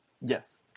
yes